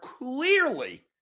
clearly